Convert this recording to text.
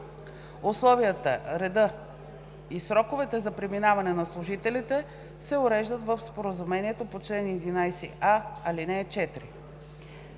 Условията, редът и сроковете за преминаване на служителите се уреждат в споразумението по чл. 11а, ал. 4.“